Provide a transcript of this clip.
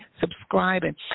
subscribing